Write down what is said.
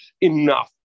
Enough